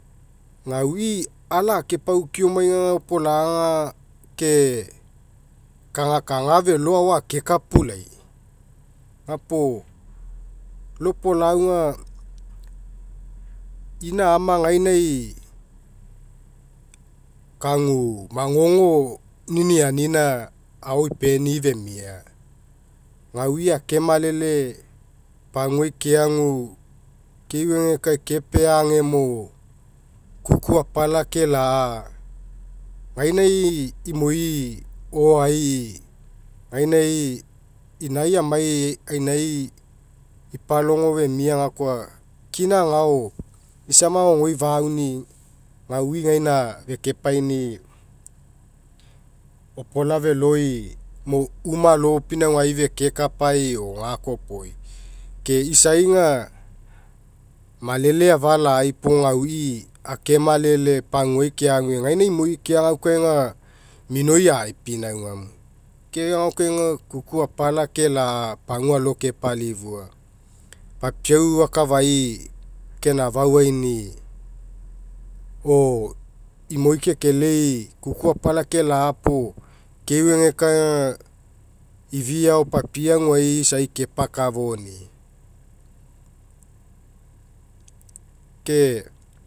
Gaui ala akepaukiomai aga opolaga ke kagakaga felo ao akekapulai, gapuo lau opolau aga ina ama gainai kagu magogo ninianina ao ipeni'i femia gaui akemalele pagua keagu keuegekae kepea agemo kuku apala kela'a gainai imoi ooaei gainai inai amai ainai ipalogo fenua gakoa kina agao isa magogoi fauni'i gau gaina fekepaini'i opola feloi mo uma aloi pinaugai feke kapai o gakoa iopoi. Ke isai aga malele afa iai puo gaui akemalele paguai keague gaina imoi kekelei kuku apala kela'a puo keuegekae aga ifiaa papie aguai isa kepakafoni'i. Ke